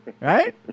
Right